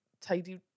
tidy